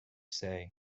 say